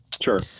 Sure